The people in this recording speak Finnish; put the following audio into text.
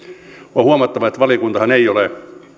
on huomattava että valiokuntahan ei ole